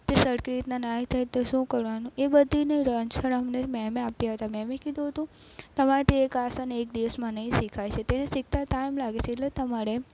તે સરખી રીતના ના થાય તો શું કરવાનું એ બધીનો આન્છડ અમને મેમે આપ્યા હતા મેમે કીધું હતું તમારાથી એક આસન એક દિવસમાં નહીં શીખાશે એને શીખતા ટાઈમ લાગે છે એટલે તમારે